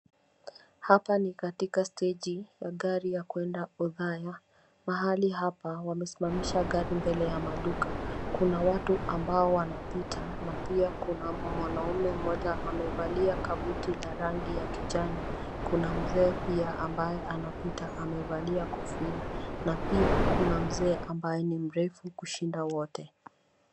Hapa ni katika steji ya gari ya kuenda Othaya, mahali hapa wamesimamisha gari mbele ya maduka. Kuna watu ambao wanapita na pia kuna mwanaume mmoja amevalia kabuti la rangi ya kijani. Kuna mzee pia ambaye anapita amevalia kofia na pia kuna mzee ambaye ni mrefu kushinda wote.